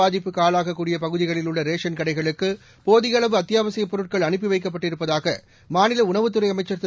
பாதிப்புக்குஆளாகக்கூடியபகுதிகளில் உள்ளரேஷன் கடைகளுக்குபோதியஅளவு புயல் அத்தியாவசியப் பொருட்கள் அனுப்பிவைக்கப்பட்டிருப்பதாகமாநிஷஉணவுத்துறைஅமைச்சர் திரு